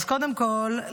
אז קודם כול,